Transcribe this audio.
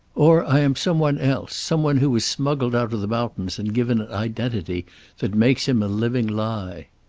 or i am some one else, some one who was smuggled out of the mountains and given an identity that makes him a living lie.